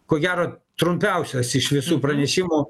ko gero trumpiausias iš visų pranešimų